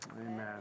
Amen